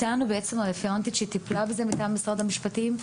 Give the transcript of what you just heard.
בעצם הרפרנטית שטיפלה בזה מטעם משרד המשפטים,